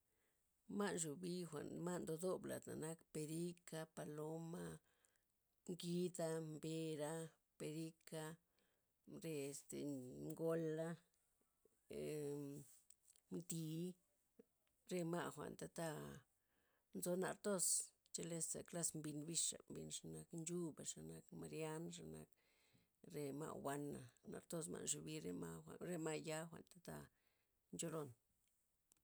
Ma' nxubi jwa'n ma' ndo dob ladna' nak perika', paloma, ngida', mbera', perika' re este ngola', emm- mtiy, re ma' jwa'n tata nzo nar thoz cheleza klas mbin bixa' mbin zenak nchuba', zenak mariann, zenak re ma' wana', nar thoz ma' nxubi re ma' jwa'n re ma'ya jwan'tata ncholon.